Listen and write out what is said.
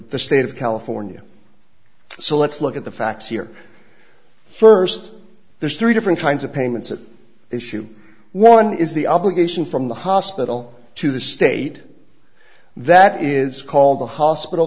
the state of california so let's look at the facts here first there's three different kinds of payments at issue one is the obligation from the hospital to the state that is called the hospital